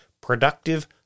Productive